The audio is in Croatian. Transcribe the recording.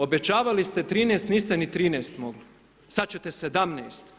Obećavali ste 13 niste ni 13 mogli, sada ćete 17.